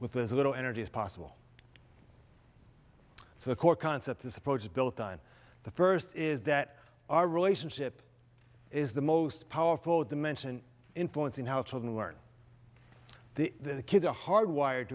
with as little energy as possible so the core concept this approach is built on the first is that our relationship is the most powerful dimension influencing how children learn the kids are hardwired